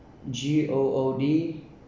G O O D